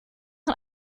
een